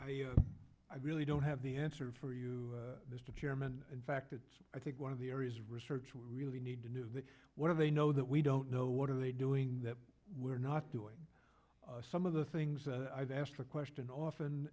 vehicles i really don't have the answer for you mr chairman in fact it's i think one of the areas research we really need to do what are they know that we don't know what are they doing that we're not doing some of the things that i've asked a question often